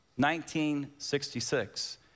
1966